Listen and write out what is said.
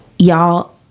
Y'all